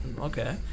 Okay